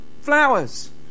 flowers